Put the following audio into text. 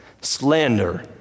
slander